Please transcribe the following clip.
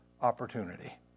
opportunity